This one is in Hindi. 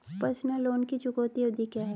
पर्सनल लोन की चुकौती अवधि क्या है?